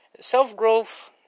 Self-growth